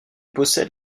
possède